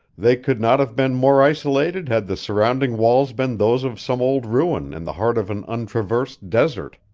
they could not have been more isolated had the surrounding walls been those of some old ruin in the heart of an untraversed desert.